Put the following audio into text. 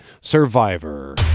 Survivor